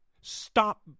Stop